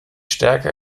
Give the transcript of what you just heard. stärker